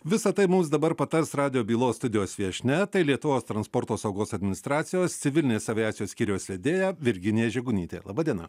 visa tai mums dabar patars radijo bylos studijos viešnia tai lietuvos transporto saugos administracijos civilinės aviacijos skyriaus vedėja virginija žegunytė laba diena